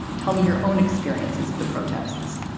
tell me your own experiences of the protests,